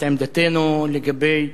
את עמדתנו לגבי